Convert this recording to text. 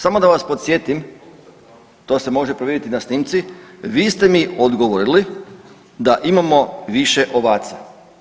Samo da vas podsjetim, to se može provjeriti na snimci, vi ste mi odgovorili da imao više ovaca.